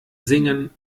singen